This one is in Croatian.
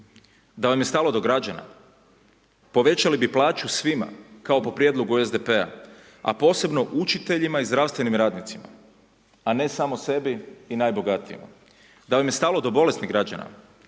da vam je stalo do građana povećali bi plaću svima kao po prijedlogu SDP-a, a posebno učiteljima i zdravstvenim radnicima, a ne samo sebi i najbogatijima. Da vam je stalo do bolesnih građana